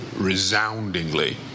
resoundingly